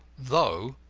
though,